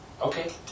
Okay